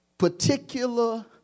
particular